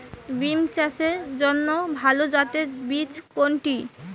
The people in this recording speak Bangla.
বিম চাষের জন্য ভালো জাতের বীজ কোনটি?